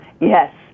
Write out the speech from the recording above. Yes